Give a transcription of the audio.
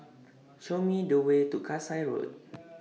Show Me The Way to Kasai Road